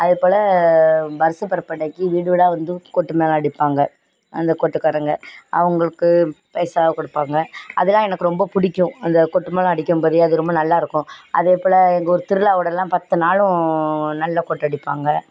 அததேப்போல் வருசப்பிறப்பு அன்னைக்கு வீடு வீடாக வந்தும் கொட்டு மேளம் அடிப்பாங்க அந்த கொட்டுக்காரங்க அவங்களுக்கு பைசா கொடுப்பாங்க அதெலாம் எனக்கு ரொம்ப பிடிக்கும் அந்த கொட்டு மேளம் அடிக்கும் போது அது ரொம்ப நல்லா இருக்கும் அதேப்போல் எங்கள் ஊர் திருவிலாவோடல்லாம் பத்து நாளும் நல்லா கொட்டு அடிப்பாங்க